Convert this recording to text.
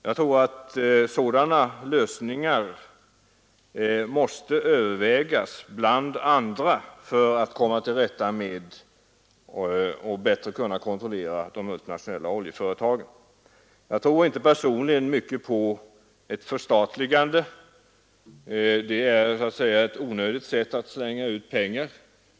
Jag tror att sådana lösningar bland andra måste övervägas för att man bättre skall kunna kontrollera de multinationella oljeföretagen. Jag tror personligen inte mycket på ett förstatligande. Det är bara ett sätt att i onödan slänga ut pengar.